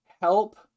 help